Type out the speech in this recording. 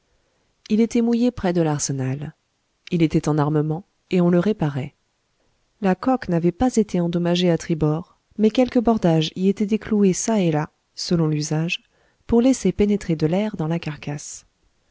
il était mouillé près de l'arsenal il était en armement et on le réparait la coque n'avait pas été endommagée à tribord mais quelques bordages y étaient décloués çà et là selon l'usage pour laisser pénétrer de l'air dans la carcasse